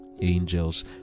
angels